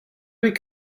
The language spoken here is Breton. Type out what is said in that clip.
bet